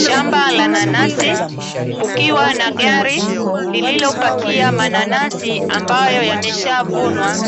Shamba la nanasi kukiwa na gari lililopakia mananasi ambayo yameshavunwa,